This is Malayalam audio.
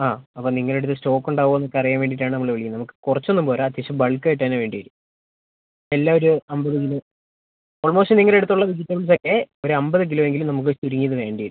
ആ അപ്പം നിങ്ങളുടെ അടുത്ത് സ്റ്റോക്ക് ഉണ്ടാവുമോ എന്ന് ഒക്കെ അറിയാൻ വേണ്ടിയിട്ടാണ് നമ്മൾ വിളിക്കുന്നത് നമുക്ക് കുറച്ചൊന്നും പോര അത്യാവശ്യം ബൾക്ക് ആയിട്ടുതന്നെ വേണ്ടി വരും എല്ലാം ഒരു അൻപത് കിലോ ഓൾമോസ്റ്റ് നിങ്ങള അടുത്തുള്ള വെജിറ്റബിൾസ് ഒക്കെ ഒരു അൻപത് കിലോ എങ്കിലും നമുക്ക് ചുരുങ്ങിയത് വേണ്ടി വരും